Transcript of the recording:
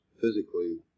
physically